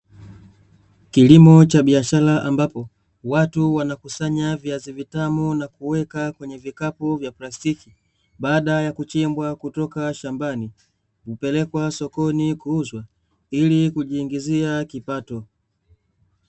Kilimo cha biashara ambapo watu wanakusanya viazi vitamu na kuweka kwenye vikapu vya plastiki baada ya kuchimbwa kutoka shambani, hupelekwa sokoni kuuzwa ili kujiingizia kipato.